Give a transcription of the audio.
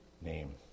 name